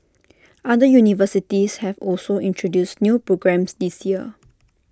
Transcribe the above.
other universities have also introduced new programmes this year